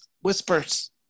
Whispers